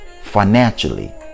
financially